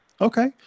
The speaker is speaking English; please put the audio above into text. Okay